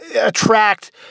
attract